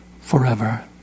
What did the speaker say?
forever